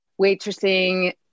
waitressing